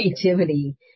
creativity